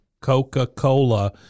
Coca-Cola